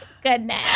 goodness